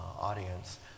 audience